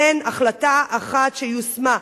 אין החלטה אחת שיושמה.